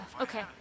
Okay